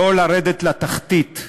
לא לרדת לתחתית,